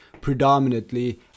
predominantly